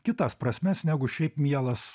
kitas prasmes negu šiaip mielas